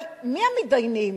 אבל מי המתדיינים?